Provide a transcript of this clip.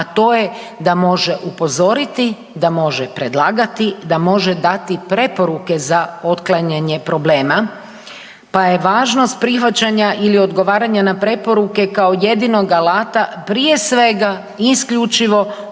a to je da može upozoriti, da može predlagati, da može dati preporuke za otklanjanje problema, pa je važnost prihvaćanja ili odgovaranja na preporuke kao jednog alata prije svega, isključivo usmjereno